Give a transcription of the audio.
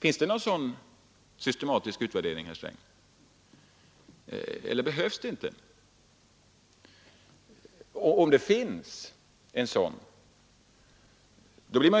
Finns det någon sådan systematisk utvärdering, herr Sträng, eller behövs det inte någon? Om en sådan finns